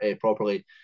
properly